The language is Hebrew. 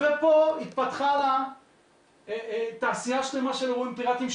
ופה התפתחה לה תעשייה שלמה של אירועים פיראטיים,